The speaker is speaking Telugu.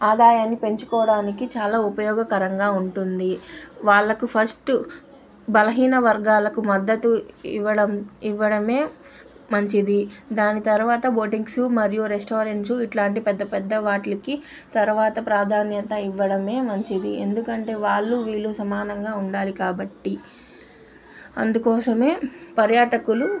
ఆదాయాన్ని పెంచుకోవడానికి చాలా ఉపయోగకరంగా ఉంటుంది వాళ్ళకు ఫస్టు బలహీన వర్గాలకు మద్దతు ఇవ్వడం ఇవ్వడమే మంచిది దాని తర్వాత బోటిక్సు మరియు రెస్టారెంట్సు ఇలాంటి పెద్ద పెద్ద వాటిలికి తర్వాత ప్రాధాన్యత ఇవ్వడమే మంచిది ఎందుకంటే వాళ్ళు వీళ్ళు సమానంగా ఉండాలి కాబట్టి అందుకోసమే పర్యాటకులు